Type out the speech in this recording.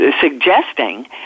suggesting